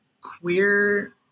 queer